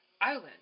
island